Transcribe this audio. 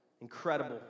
incredible